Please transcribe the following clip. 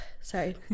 Sorry